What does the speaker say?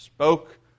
spoke